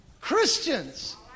Christians